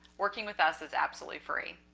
working with us is absolutely free.